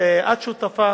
את שותפה